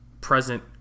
present